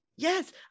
Yes